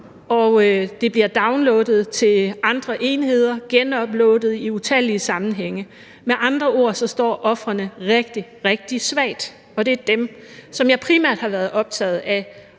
det bliver downloadet til andre enheder, genuploadet i utallige sammenhænge. Med andre ord står ofrene rigtig, rigtig svagt, og det er dem, som jeg primært har været optaget af